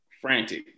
frantic